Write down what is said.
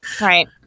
Right